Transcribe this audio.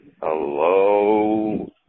Hello